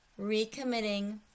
recommitting